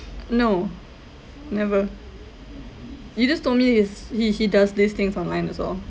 no never you just told me he's he he does these things online also